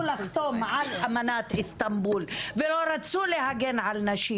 לחתום על אמנת איסטנבול ולא רצו להגן על נשים,